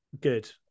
good